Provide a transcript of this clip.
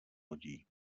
lodí